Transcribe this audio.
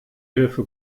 hilfe